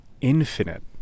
infinite